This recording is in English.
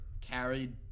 carried